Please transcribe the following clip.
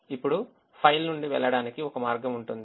ఇప్పుడు ఫైల్ నుండి వెళ్ళడానికి ఒక మార్గం ఉంటుంది